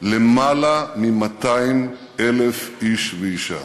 למעלה מ-200,000 איש ואישה.